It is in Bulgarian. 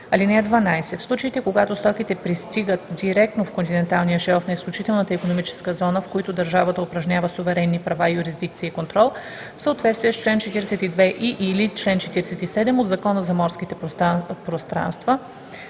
(12) В случаите, когато стоките пристигат директно в континенталния шелф и изключителната икономическа зона, в които държавата упражнява суверенни права, юрисдикция и контрол в съответствие с чл. 42 и/или чл. 47 от Закона за морските пространства,